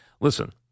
Listen